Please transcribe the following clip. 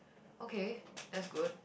okay that's good